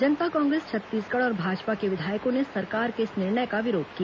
जनता कांग्रेस छत्तीसगढ़ और भाजपा के विधायकों ने सरकार के इस निर्णय का विरोध किया